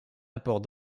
apport